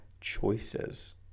choices